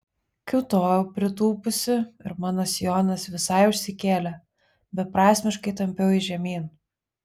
kiūtojau pritūpusi ir mano sijonas visai užsikėlė beprasmiškai tampiau jį žemyn